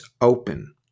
open